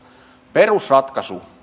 perusratkaisu